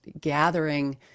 gathering